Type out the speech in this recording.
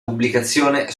pubblicazione